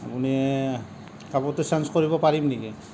আপুনি কাপোৰটো চেঞ্জ কৰিব পাৰিম নেকি